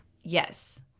Yes